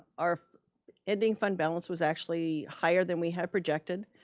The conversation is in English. our ending fund balance was actually higher than we had projected,